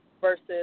versus